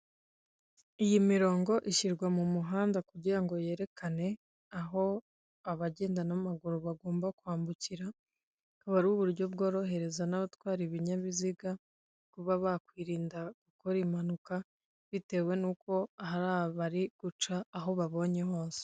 Iyi mirongo ishyirwa mu muhanda kugira ngo yerekane aho abagenda n'amaguru bagomba kwambukira, akaba ari uburyo bworohereza n'abatwara ibinyabiziga, kuba bakwirinda gukora impanuka bitewe nuko hari abari guca aho babonye hose.